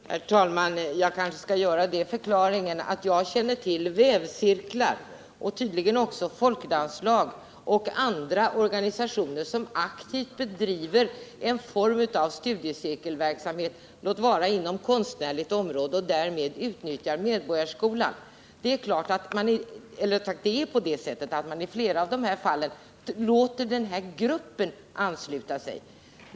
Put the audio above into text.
Herr talman! Jag kanske skulle förklara att jag känner till vävcirklar, folkdanslag och andra sammanslutningar som bedriver en form av studiecirkelverksamhet, låt vara inom konstnärligt område, och därmed utnyttjar Medborgarskolan. I flera av de fallen låter man gruppen ansluta sig till studieförbundet.